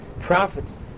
prophets